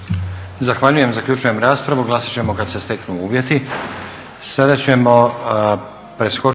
Zahvaljujem. Zaključujem raspravu. Glasat ćemo kad se steknu uvjeti.